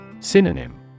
Synonym